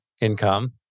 income